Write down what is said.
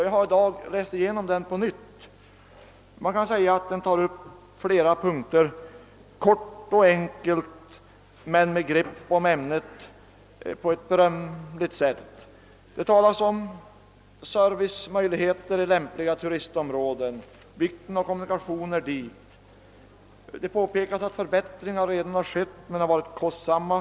Jag har i dag läst igenom den på nytt och konstaterat, att den tar upp flera punkter på ett kort och enkelt sätt och med ett berömvärt grepp om ämnet. Där beröres servicemöjligheterna i lämpliga turistområden och vikten av att få kommunikationer till dessa. Det påpekas att förbättringar redan skett men att de varit kostsamma.